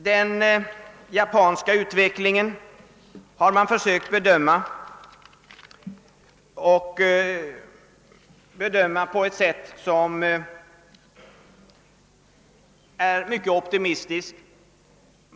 I Japan har man bedömt utvecklingen mycket optimistiskt.